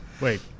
Wait